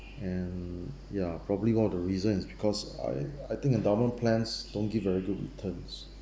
and ya probably one of the reason is because I I think endowment plans don't give very good returns